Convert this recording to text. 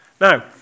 Now